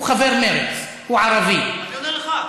הוא חבר מרצ, הוא ערבי, אני עונה לך.